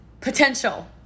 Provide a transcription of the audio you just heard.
potential